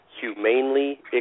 humanely